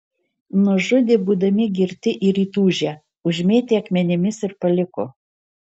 nužudė būdami girti ir įtūžę užmėtė akmenimis ir paliko